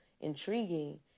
intriguing